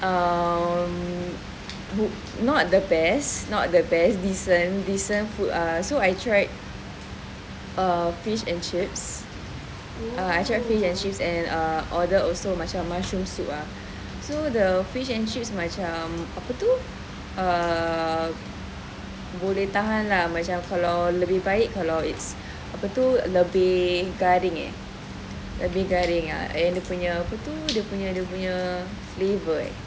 um not the best not the best decent decent food ah so I tried err fish and chips err I tried fish and chips and err order also mushroom soup ah so the fish and chips macam apa tu uh boleh tahan lah macam lebih baik kalau it's apa tu lebih garing eh lebih garing ah and dia punya apa tu dia punya dia punya flavour eh